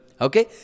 Okay